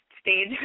stage